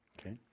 Okay